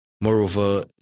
Moreover